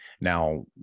Now